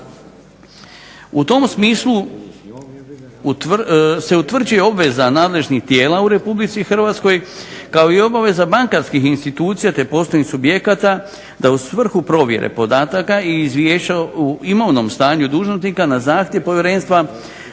U tom smislu se utvrđuje obveza nadležnih tijela u Republici Hrvatskoj kao i obaveza bankarskih institucija te poslovnih subjekata da u svrhu provjere podataka i izvješća o imovnom stanju dužnosnika na zahtjev povjerenstva